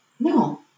No